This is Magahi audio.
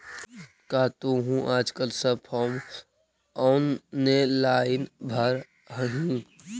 का तुहूँ आजकल सब फॉर्म ऑनेलाइन भरऽ हही?